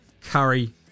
Curry